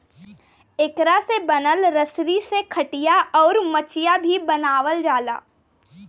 एकरा से बनल रसरी से खटिया, अउर मचिया भी बनावाल जाला